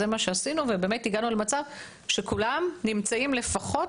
באמת הגענו למצב שכולם נמצאים לפחות